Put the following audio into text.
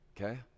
okay